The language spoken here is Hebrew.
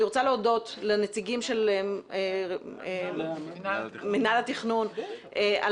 אני רוצה להודות לנציגים של מנהל התכנון על